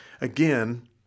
Again